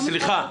לא משרד האוצר.